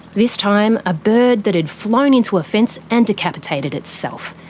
this time a bird that had flown into a fence and decapitated itself.